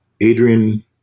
Adrian